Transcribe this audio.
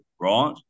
right